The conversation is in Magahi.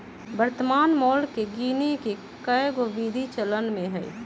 वर्तमान मोल के गीने के कएगो विधि चलन में हइ